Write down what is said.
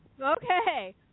Okay